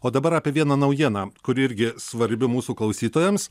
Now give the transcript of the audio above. o dabar apie vieną naujieną kuri irgi svarbi mūsų klausytojams